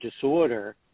disorder